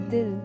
Dil